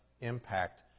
impact